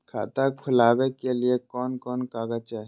खाता खोलाबे के लिए कौन कौन कागज चाही?